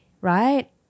right